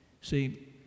See